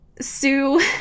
Sue